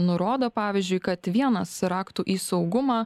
nurodo pavyzdžiui kad vienas raktų į saugumą